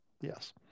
Yes